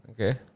Okay